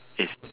is